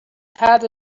had